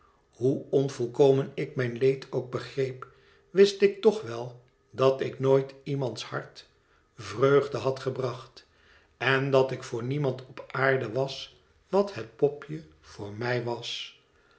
hoe onvolkomen ik mijn leed ook begreep wist ik toch wel dat ik nooit iemands hart vreugde had gebracht en dat ik voor niemand op aarde was wat het popje voor mij was